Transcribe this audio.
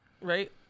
right